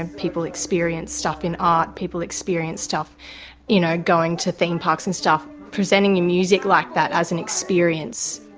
and people experience stuff in art, people experience stuff you know going to theme parks and stuff. presenting your music like that, as an experience,